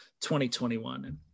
2021